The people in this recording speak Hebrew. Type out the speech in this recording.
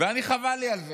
ואני, חבל לי על זה,